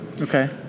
Okay